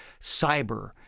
Cyber